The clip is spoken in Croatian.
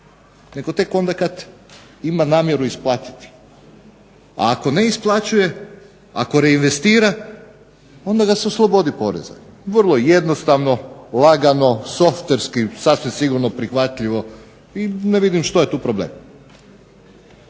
Nego tek onda kada ima namjeru isplatiti. Ako ne isplaćuje ako reinvestira onda ga se oslobodi poreza. Vrlo jednostavno, lagano, softverskim sasvim sigurno prihvatljivo i ne vidim što je tu problem.